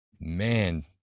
Man